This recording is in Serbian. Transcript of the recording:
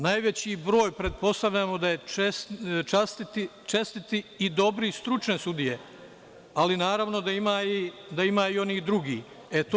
Najveći je broj, pretpostavljamo, čestitih i dobrih, stručnih sudija, ali naravno da ima i onih drugih.